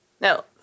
No